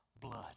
blood